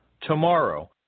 tomorrow